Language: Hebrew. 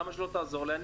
למה שלא תעזור לי?